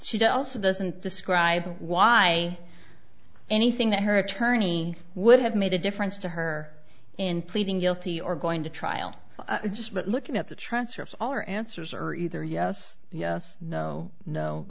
did also doesn't describe why anything that her attorney would have made a difference to her in pleading guilty or going to trial just but looking at the transcripts allor answers are either yes yes no no